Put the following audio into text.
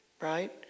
right